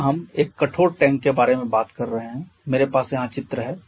यहां हम एक कठोर टैंक के बारे में बात कर रहे हैं मेरे पास यहां चित्र है